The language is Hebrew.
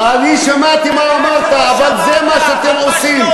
אני שמעתי מה אמרת, אבל זה מה שאתם עושים.